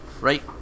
right